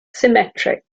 symmetric